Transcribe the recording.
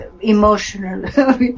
emotional